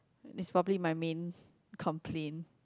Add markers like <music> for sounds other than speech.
is probably my main <breath> complain